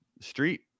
Street